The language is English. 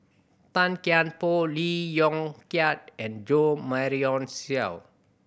Tan Kian Por Lee Yong Kiat and Jo Marion Seow